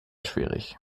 schwierig